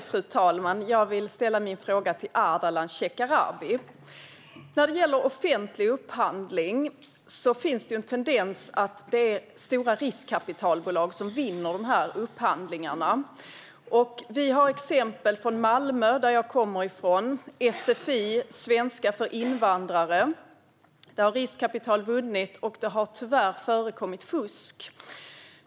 Fru talman! Jag vill ställa min fråga till Ardalan Shekarabi. När det gäller offentlig upphandling finns tendensen att det är stora riskkapitalbolag som vinner upphandlingarna. I Malmö, som jag kommer från, har vi ett exempel där ett riskkapitalbolag vunnit en upphandling gällande sfi, svenska för invandrare, och det tyvärr har förekommit fusk.